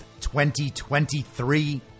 2023